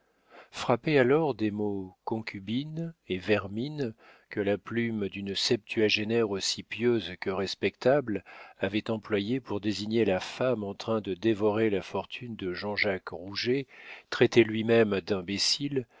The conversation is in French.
frappée alors des mots concubine et vermine que la plume d'une septuagénaire aussi pieuse que respectable avait employés pour désigner la femme en train de dévorer la fortune de jean-jacques rouget traité lui-même